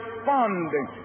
responding